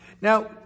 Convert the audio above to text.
Now